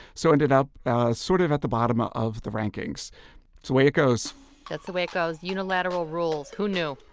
so ended up sort of at the bottom ah of the rankings. that's the way it goes that's the way it goes. unilateral rules. who knew?